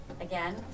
Again